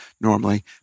normally